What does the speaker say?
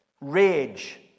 rage